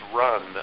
run